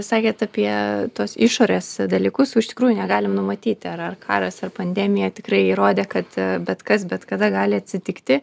sakėt apie tuos išorės dalykus jų iš tikrųjų negalim numatyti ar ar karas ar pandemija tikrai įrodė kad bet kas bet kada gali atsitikti